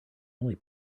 only